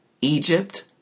Egypt